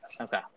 Okay